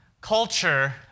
culture